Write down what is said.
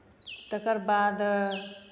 तकर बाद